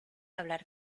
hablar